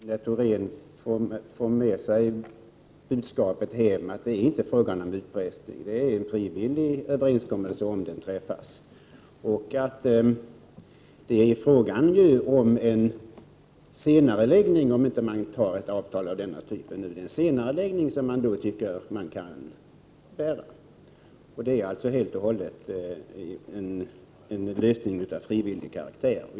Fru talman! Jag finner det mycket angeläget att Rune Thorén får med sig hem budskapet att det inte är fråga om utpressning. Det blir en frivillig överenskommelse, om den träffas. Och om man inte träffar ett avtal av denna typ blir det en senareläggning, som man då tycker att man kan bära. Det är alltså helt och hållet en lösning av frivillig karaktär.